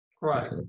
right